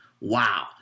wow